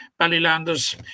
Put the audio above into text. Ballylanders